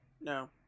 No